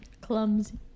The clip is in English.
Clumsy